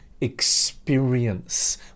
experience